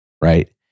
right